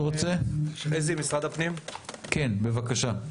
חזי רז, משרד הפנים, בבקשה.